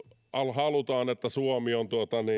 halutaan että suomi on